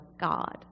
God